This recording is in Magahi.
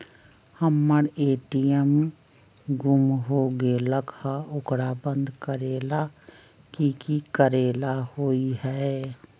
हमर ए.टी.एम गुम हो गेलक ह ओकरा बंद करेला कि कि करेला होई है?